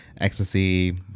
ecstasy